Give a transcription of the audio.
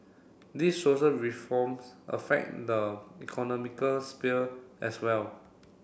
these social reforms affect the economical sphere as well